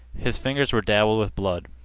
his fingers were dabbled with blood.